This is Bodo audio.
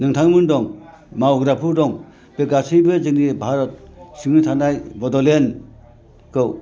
नोंथांमोन दं मावग्राफोर दं बे गासैबो जोंनि भारत सिङाव थानाय बड'लेण्डखौ